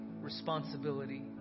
responsibility